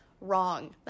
wrong